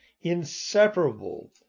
inseparable